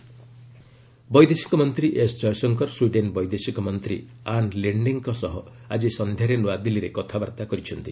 India Sweden ବୈଦେଶିକ ମନ୍ତ୍ରୀ S Jaishankar Sweden ବୈଦେଶିକ ମନ୍ତ୍ରୀ ଆନ୍ ଲିଶ୍ଚେଙ୍କ ସହ ଆଜି ସନ୍ଧ୍ୟାରେ ନୂଆଦିଲ୍ଲୀରେ କଥାବାର୍ତ୍ତା କରିଛନ୍ତି